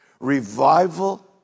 revival